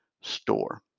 store